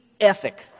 ethic